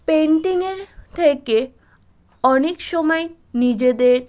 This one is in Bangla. পেন্টিংয়ের থেকে অনেক সময় নিজেদের